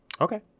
Okay